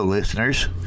Listeners